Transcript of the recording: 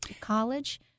College